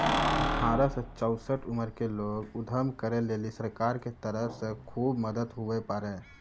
अठारह से चौसठ उमर के लोग उद्यम करै लेली सरकार के तरफ से खुब मदद हुवै पारै